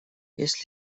есть